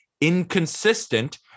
inconsistent